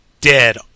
dead